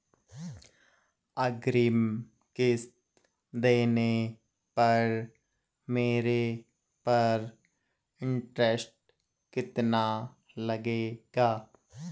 अग्रिम किश्त देने पर मेरे पर इंट्रेस्ट कितना लगेगा?